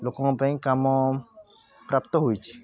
ଲୋକଙ୍କ ପାଇଁ କାମ ପ୍ରାପ୍ତ ହୋଇଛି